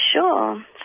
Sure